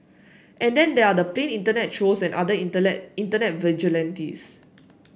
and then there are the plain internet trolls and other internet internet vigilantes